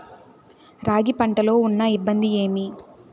రాగి పంటలో ఉన్న ఇబ్బంది ఏమి?